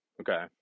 Okay